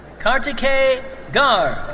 karthikay garg.